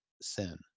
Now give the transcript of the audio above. sin